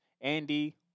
Andy